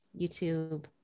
YouTube